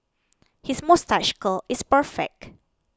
his moustache curl is perfect